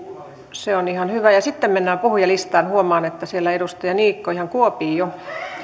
se on ihan hyvä ja sitten mennään puhujalistaan huomaan että siellä edustaja niikko ihan kuopii jo